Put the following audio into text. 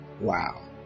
Wow